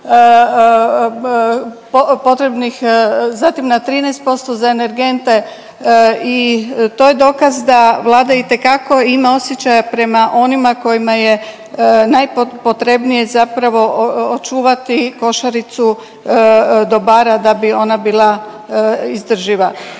potrebnih, zatim na 13% za energente i to je dokaz da vlada itekako ima osjećaja prema onima kojima je najpotrebnije zapravo očuvati košaricu dobara da bi ona bila izdrživa.